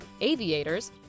aviators